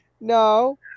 No